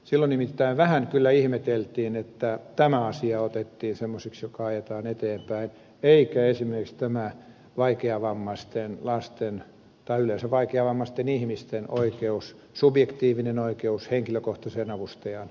silloin nimittäin vähän kyllä ihmeteltiin että tämä asia otettiin semmoiseksi että sitä ajetaan eteenpäin eikä esimerkiksi vaikeavammaisten subjektiivista oikeutta henkilökohtaiseen avustajaan